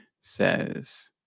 says